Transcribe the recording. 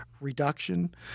reduction